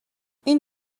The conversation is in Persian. این